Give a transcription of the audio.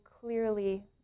clearly